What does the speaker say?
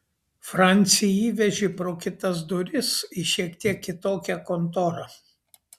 francį įvežė pro kitas duris į šiek tiek kitokią kontorą